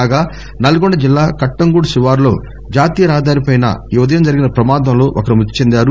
కాగా నల్గొండ జిల్లా కట్టంగూడ్ శివార్లో జాతీయ రహదారిపై ఈ ఉదయం జరిగిన ప్రమాదంలో ఒకరు మృతి చెందారు